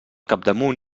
capdamunt